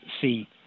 see